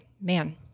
man